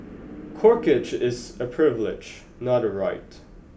corkage is a privilege not a right